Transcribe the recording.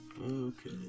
Okay